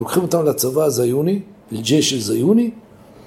‫לוקחים אותנו לצבא הזיוני, ‫לג'י של זיוני..